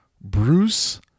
Bruce